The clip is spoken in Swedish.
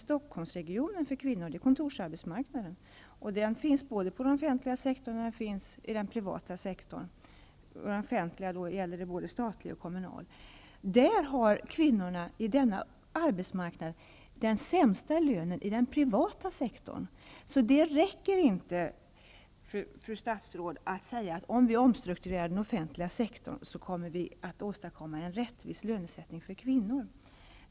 Stockholm är kontorsarbetsmarknaden, och den finns både i den offentliga sektorn och i den privata sektorn; i den offentliga sektorn är det både en statlig och en kommunal arbetsmarknad. Faktum är att på denna arbetsmarknad har kvinnorna den sämsta lönen i den privata sektorn. Det räcker alltså inte, fru statsråd, att säga att om vi omstrukturerar den offentliga sektorn åstadkommer vi en rättvis lönesättning för kvinnor.